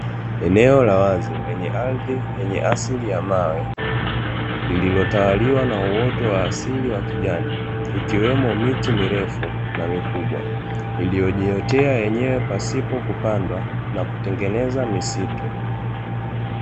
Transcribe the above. Eneo la wazi lenye ardhi yenye asili ya mawe likiotawaliwa na uoto wa asili wa kijani ikiwemo miti mirefu na mikubwa iliyojiotea yenyewe pasipo kupandwa na kutengeneza misitu.